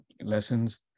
lessons